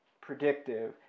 predictive